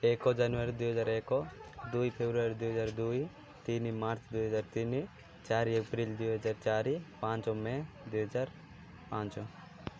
ଏକ ଜାନୁଆରୀ ଦୁଇ ହଜାର ଏକ ଦୁଇ ଫେବୃଆରୀ ଦୁଇ ହଜାର ଦୁଇ ତିନି ମାର୍ଚ୍ଚ୍ ଦୁଇ ହଜାର ତିନି ଚାରି ଏପ୍ରିଲ୍ ଦୁଇ ହଜାର ଚାରି ପାଞ୍ଚ ମେ' ଦୁଇ ହଜାର ପାଞ୍ଚ